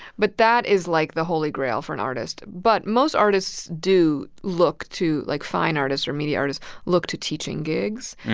but that is, like, the holy grail for an artist. but most artists do look to like, fine artists or media artists look to teaching gigs.